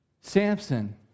Samson